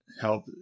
help